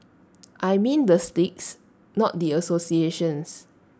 I mean the sticks not the associations